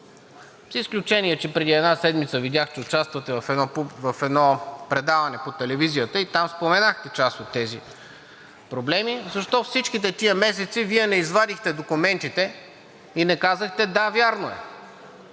с изключение, че преди седмица видях, че участвате в едно предаване по телевизията и там споменахте част от тези проблеми – Вие не извадихте документите и не казахте: „Да, вярно е.